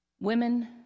Women